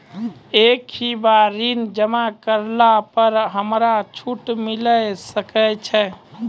एक ही बार ऋण जमा करला पर हमरा छूट मिले सकय छै?